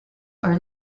are